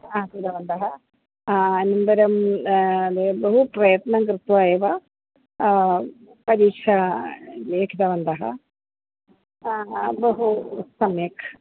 आ कृतवन्तः अनन्तरं बहु प्रयत्नं कृत्वा एव परीक्षां लेखितवन्तः बहु सम्यक्